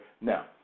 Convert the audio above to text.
Now